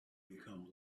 become